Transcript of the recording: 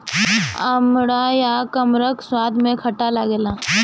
अमड़ा या कमरख स्वाद में खट्ट लागेला